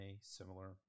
similar